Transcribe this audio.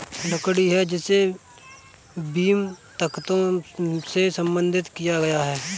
लकड़ी है जिसे बीम, तख्तों में संसाधित किया गया है